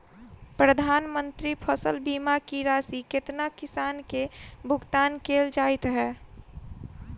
प्रधानमंत्री फसल बीमा की राशि केतना किसान केँ भुगतान केल जाइत है?